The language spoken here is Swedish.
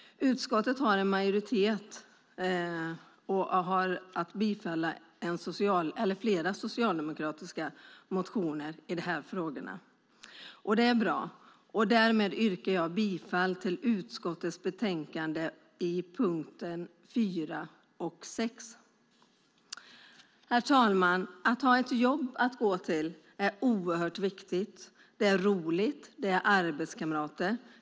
Det finns en majoritet i utskottet för att bifalla flera socialdemokratiska motioner i frågorna. Det är bra. Därmed yrkar jag bifall till utskottets förslag till beslut i punkterna 4 och 6. Herr talman! Att ha ett jobb att gå till är oerhört viktigt. Det är roligt, och det är arbetskamrater.